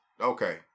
Okay